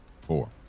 four